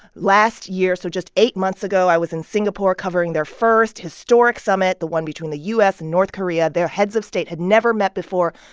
last year so just eight months ago, i was in singapore covering their first historic summit, the one between the u s. and north korea. their heads of state had never met before.